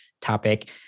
topic